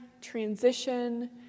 transition